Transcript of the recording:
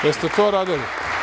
Jel ste to radili?